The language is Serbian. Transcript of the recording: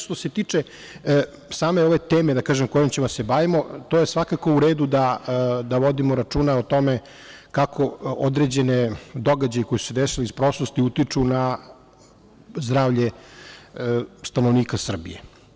Što se tiče same ove teme kojom se bavimo, svakako je u redu da vodimo računa o tome kako određeni događaji koji su se desili u prošlosti utiču na zdravlje stanovnika Srbije.